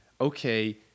okay